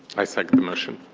i second the motion.